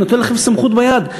אני נותן לכם סמכות ביד,